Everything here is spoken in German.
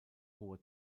hohe